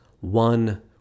one